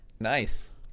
Nice